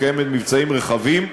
מקיימת מבצעים רחבים,